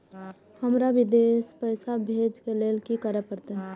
हमरा विदेश पैसा भेज के लेल की करे परते?